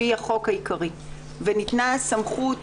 ישיבת